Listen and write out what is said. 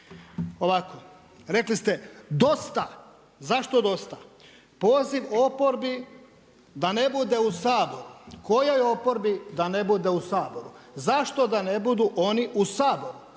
Ovako, rekli ste dosta, zašto dosta? Poziv oporbi da ne bude u Saboru. kojoj oporbi da ne bude u Saboru? Zašto da ne budu oni u Saboru